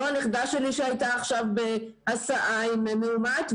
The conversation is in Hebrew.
לא הנכדה שלי שהייתה עכשיו בהסעה עם מאומת,